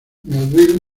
melville